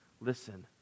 listen